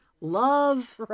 love